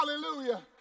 Hallelujah